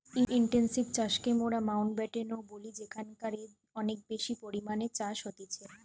intensive চাষকে মোরা মাউন্টব্যাটেন ও বলি যেখানকারে অনেক বেশি পরিমাণে চাষ হতিছে